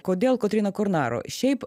kodėl kotryna kornaro šiaip